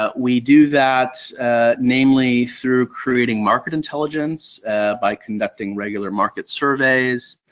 ah we do that namely through creating market intelligence by conducting regular market surveys,